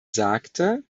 sagte